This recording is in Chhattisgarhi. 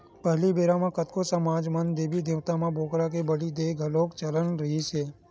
पहिली बेरा म कतको समाज म देबी देवता म बोकरा के बली देय के घलोक चलन रिहिस हे